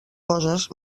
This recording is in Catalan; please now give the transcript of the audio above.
coses